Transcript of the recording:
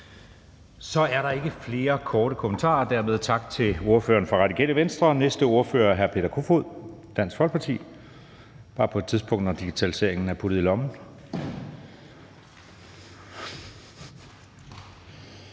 Så er der ikke flere korte bemærkninger. Dermed tak til ordføreren fra Radikale Venstre. Næste ordfører er hr. Peter Kofod, Dansk Folkeparti – bare på et tidspunkt, når digitaliseringen er puttet i lommen.